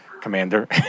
commander